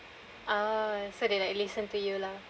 ah so they like listen for you lah